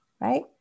right